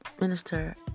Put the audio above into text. minister